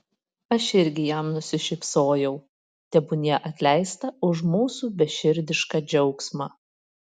aš irgi jam nusišypsojau tebūnie atleista už mūsų beširdišką džiaugsmą